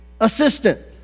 assistant